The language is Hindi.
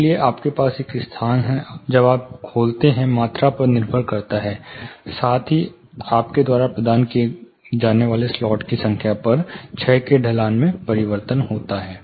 इसलिए आपके पास एक स्थान है जब आप खोलते हैं मात्रा पर निर्भर करता है और साथ ही आपके द्वारा प्रदान किए जाने वाले स्लॉट की संख्या पर क्षय के ढलान में परिवर्तन होता है